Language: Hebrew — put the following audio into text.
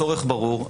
הצורך ברור,